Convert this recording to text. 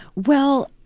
well,